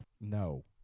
No